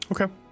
Okay